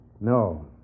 No